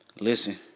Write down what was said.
Listen